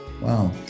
Wow